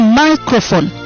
microphone